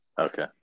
Okay